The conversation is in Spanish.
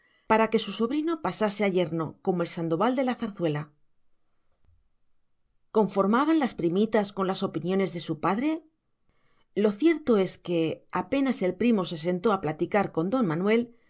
para que su sobrino pasase a yerno como el sandoval de la zarzuela conformaban las primitas con las opiniones de su padre lo cierto es que apenas el primo se sentó a platicar con don manuel